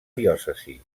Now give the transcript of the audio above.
diòcesi